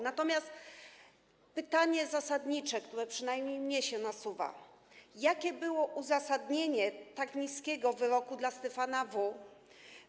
Natomiast pytanie zasadnicze, które przynajmniej mi się nasuwa: Jakie było uzasadnienie tak niskiego wyroku dla Stefana W.